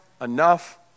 enough